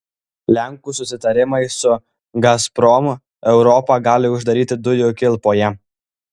lenkų susitarimai su gazprom europą gali uždaryti dujų kilpoje